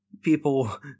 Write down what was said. people